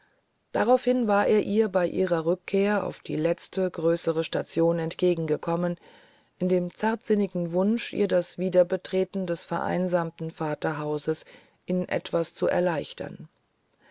daraufhin war er ihr bei ihrer rückkehr auf die letzte größere station entgegengekommen in dem zartsinnigen wunsche ihr das wiederbetreten des vereinsamten vaterhauses in etwas zu erleichtern